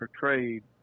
portrayed